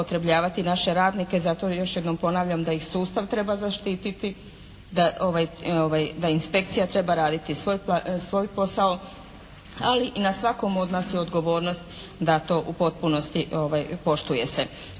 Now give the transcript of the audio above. zloupotrebljavati naše radnike. Zato još jednom ponavljam da i sustav treba zaštititi, da inspekcija treba raditi svoj posao, ali i na svakom od nas je odgovornost da to u potpunosti poštuje se,